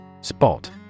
Spot